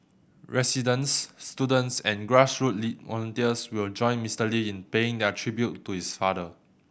residents students and grassroot volunteers will join Mister Lee in paying their tribute to his father